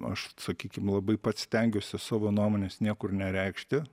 aš sakykim labai pats stengiuosi savo nuomonės niekur nereikšti